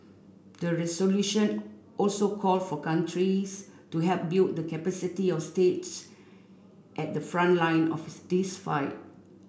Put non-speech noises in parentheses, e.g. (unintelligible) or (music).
the resolution also call for countries to help build the capacity of states at the front line of (unintelligible) this fight